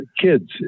kids